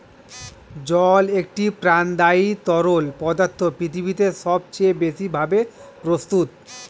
জল একটি প্রাণদায়ী তরল পদার্থ পৃথিবীতে সবচেয়ে বেশি ভাবে প্রস্তুত